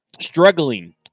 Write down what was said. struggling